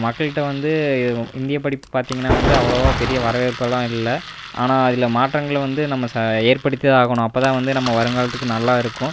மக்கள்ட்ட வந்து இது இந்திய படிப்பு பார்த்திங்கனா வந்து அவ்வளோவா பெரிய வரவேற்பெல்லாம் இல்லை ஆனால் அதில் மாற்றங்களில் வந்து நம்ம ஏற்படுத்தி தான் ஆகணும் அப்போ தான் வந்து நம்ம வருங்காலத்துக்கு நல்லா இருக்கும்